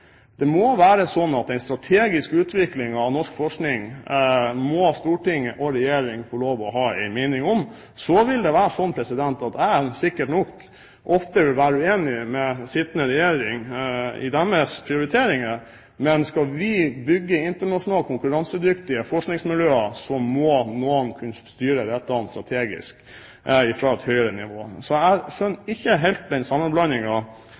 Det må være slik at en strategisk utvikling av norsk forskning må storting og regjering få lov å ha en mening om. Så vil vel jeg sikkert ofte være uenig med den sittende regjering i deres prioriteringer. Men skal vi bygge internasjonalt konkurransedyktige forskningsmiljøer, må noen kunne styre dette strategisk fra et høyere nivå. Så jeg skjønner ikke helt den